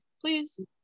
Please